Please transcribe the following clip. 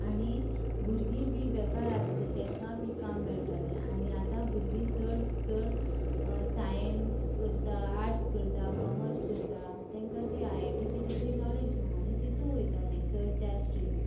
आनी भुरगीं बी बेकार आसली तेंका बी काम मेळटलें आनी आतां भुरगीं चड चड सायन्स करता आर्टस करतां कॉमर्स करता तेंका ती आयआयटीची तितली नॉलेज ना आनी तितून वयता ती चड त्या स्ट्रिमीन